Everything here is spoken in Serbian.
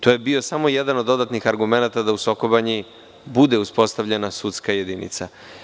To je bio samo jedan od dodatnih argumenata da u Soko Banji bude uspostavljena sudska jedinica.